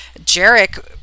Jarek